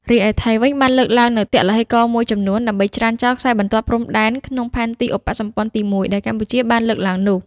រីឯថៃវិញ បានលើកឡើងនូវទឡ្ហីករណ៍មួយចំនួនដើម្បីច្រានចោលខ្សែបន្ទាត់ព្រំដែន ក្នុងផែនទីឧបសម្ព័ន្ធទី១ ដែលកម្ពុជាបានលើកឡើងនោះ។